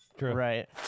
right